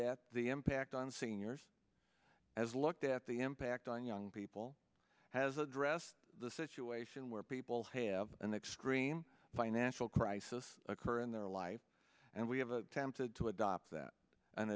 at the impact on seniors has looked at the impact on young people has addressed the situation where people have an extreme financial crisis occur in their life and we have a tempted to adopt that an